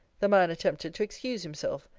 the man attempted to excuse himself,